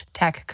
tech